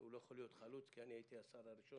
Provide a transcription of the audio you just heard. הוא לא יכול להיות חלוץ כי אני הייתי השר הראשון